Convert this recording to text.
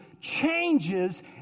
changes